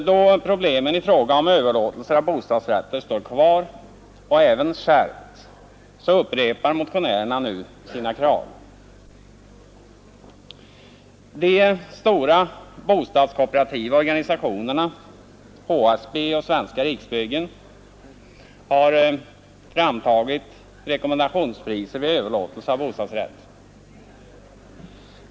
Då problemen i fråga om överlåtelser av bostadsrätter står kvar och även skärpts upprepar motionärerna nu sina krav, De stora bostadskooperativa organisationerna, HSB och Svenska riksbyggen, har framtagit rekommendationspriser vid överlåtelse av bostadsrätt.